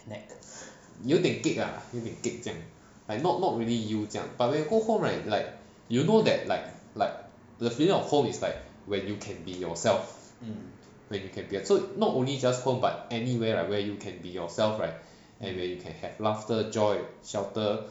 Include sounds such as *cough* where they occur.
*noise* 有点 kek 有点 kek 这样 like not not really you 这样 but when you go home right like you know that like like the feeling of home is like when you can be yourself when you can get so not only just home but anywhere where you can be yourself right and when you can have laughter joy shelter